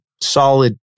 solid